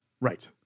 Right